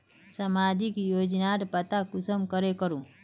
सामाजिक योजनार पता कुंसम करे करूम?